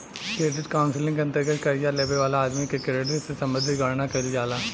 credit counselling के अंतर्गत कर्जा लेबे वाला आदमी के क्रेडिट से संबंधित गणना कईल जाला